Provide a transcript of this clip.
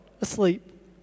asleep